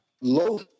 low